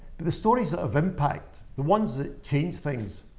the the stories of impact, the ones that changed things,